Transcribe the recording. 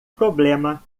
problema